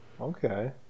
okay